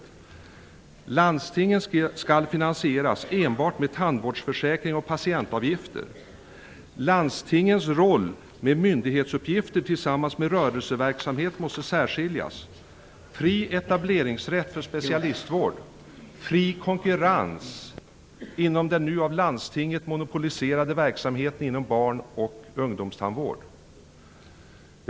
Ny demokrati krävde vidare att folktandvårdens kostnader för vuxentandvården skall finansieras enbart med tandvårdsförsäkring och patientavgifter och att landstingens roll med myndighetsuppgifter tillsammans med rörelseverksamhet måste särskiljas. Vi krävde fri etableringsrätt för specialistvård och fri konkurrens inom den av Landstinget nu monopoliserade verksamheten inom barn och ungdomstandvård.